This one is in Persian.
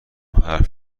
حرف